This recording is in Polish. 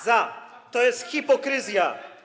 Za. To jest hipokryzja.